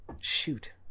shoot